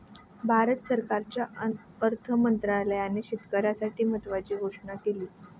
भारत सरकारच्या अर्थ मंत्रालयाने शेतकऱ्यांसाठी महत्त्वाची घोषणा केली